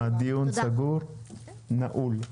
הדיון סגור ונעול.